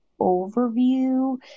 overview